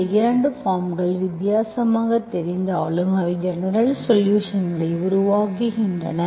இந்த 2 பார்ம்கள் வித்தியாசமாகத் தெரிந்தாலும் அவை ஜெனரல்சொலுஷன்ஸ்ஐ உருவாக்குகின்றன